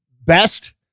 best